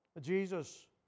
Jesus